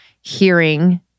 hearing